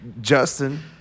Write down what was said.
Justin